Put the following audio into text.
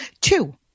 two